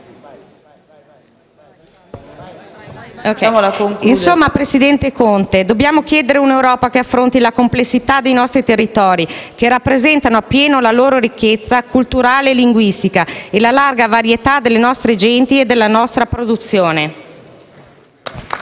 Insomma, presidente Conte, dobbiamo chiedere un'Europa che affronti la complessità dei nostri territori e che rappresenti appieno la loro ricchezza culturale e linguistica e la larga varietà delle nostre genti e della nostra produzione.